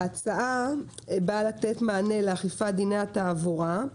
ההצעה באה לתת מענה לאכיפת דיני התעבורה,